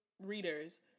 readers